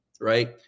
right